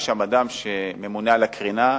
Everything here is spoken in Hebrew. יש שם אדם שממונה על הקרינה,